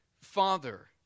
father